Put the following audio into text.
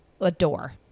adore